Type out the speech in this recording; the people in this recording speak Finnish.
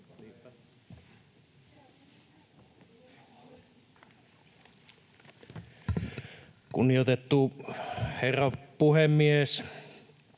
Kunnioitettu herra puhemies!